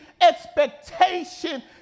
expectation